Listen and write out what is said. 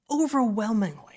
overwhelmingly